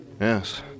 Yes